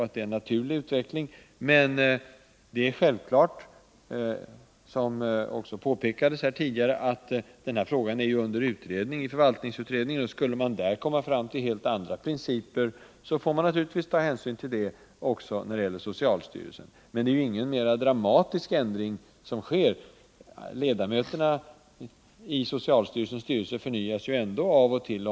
Som påpekades nyss utreds emellertid denna fråga av förvaltningsutredningen. Skulle man där komma fram till helt andra principer, får vi naturligtvis ta hänsyn till det också när det gäller socialstyrelsen. Det är ingen mera dramatisk ändring som föreslås; ledamöterna i socialstyrelsens styrelse förnyas ändå av och till.